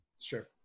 Sure